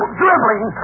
dribbling